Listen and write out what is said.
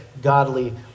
Godly